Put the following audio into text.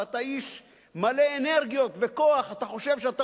ואתה איש מלא אנרגיות וכוח ואתה חושב שאתה